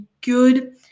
good